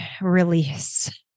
release